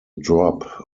drop